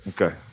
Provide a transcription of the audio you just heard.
Okay